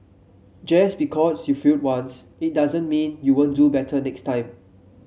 just because you failed once it doesn't mean you won't do better next time